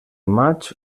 maig